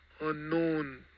unknown